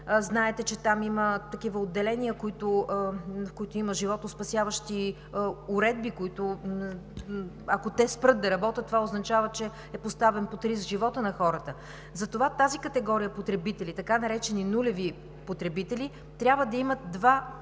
Знаете, че там има такива отделения, в които има животоспасяващи уредби, а, ако те спрат да работят, това означава, че е поставен под риск животът на хората. Затова тази категория потребители, така наречените нулеви потребители, трябва да имат два